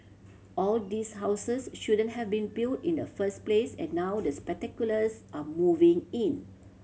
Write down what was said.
all these houses shouldn't have been built in the first place and now the speculators are moving in